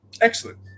Excellent